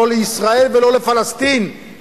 לא לישראל ולא לפלסטין,